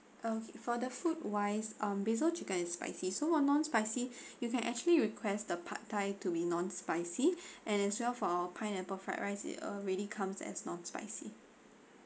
uh for the food wise um basil chicken is spicy so want non spicy you can actually request the pad thai to be non spicy and as well for our pineapple fried rice it already comes as non spicy